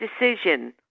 decision